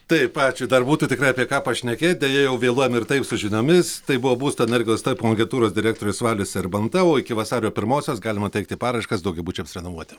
taip ačiū dar būtų tikrai apie ką pašnekėt deja jau vėluojam ir taip su žinomis tai buvo būsto energijos taupymo agentūros direktorius valius serbenta o iki vasario pirmosios galima teikti paraiškas daugiabučiams renovuoti